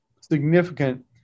significant